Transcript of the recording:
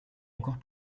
encore